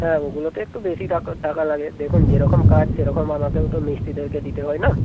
হ্যাঁ ওগুলোতে একটু বেশি টাকা লাগে দেখুন যেরকম কাজ সেরকম আমাকেও তো মিস্ত্রিদেরকে দিতে হয় না